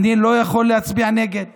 אני לא יכול להצביע נגד זה.